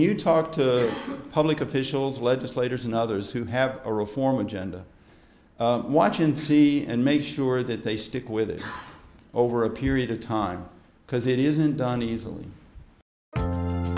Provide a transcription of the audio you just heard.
you talk to public officials legislators and others who have a reform agenda watch and see and make sure that they stick with it over a period of time because it isn't done easily